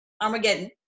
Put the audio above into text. Armageddon